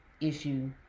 issue